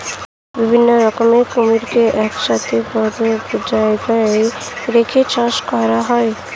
বিভিন্ন রকমের কুমিরকে একসাথে বদ্ধ জায়গায় রেখে চাষ করা হয়